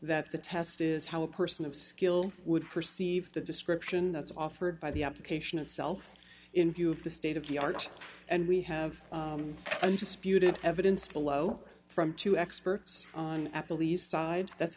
that the test is how a person of skill would perceive the description that's offered by the application itself in view of the state of the art and we have undisputed evidence follow from two experts on apple east side that's